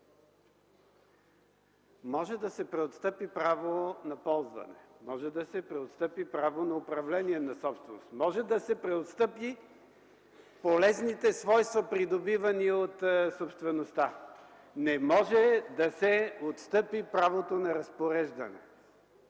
Може да се преотстъпи право на ползване, може да се преотстъпи право на управление на собственост, може да се преотстъпят полезните свойства, придобивани от собствеността, но не може да се отстъпи правото на разпореждане.